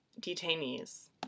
detainees